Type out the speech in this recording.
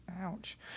ouch